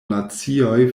nacioj